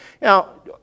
Now